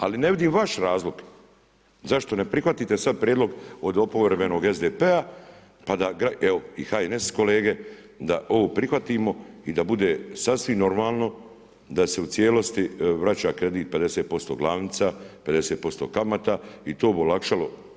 Ali ne vidim vaš razlog zašto ne prihvatite sada prijedlog od oporbenog SDP-a evo i HNS kolega da ovo prihvatimo i da bude sasvim normalno da se u cijelosti vraća kredit 50% glavnica, 50% kamata i to bi olakšalo.